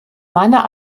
meiner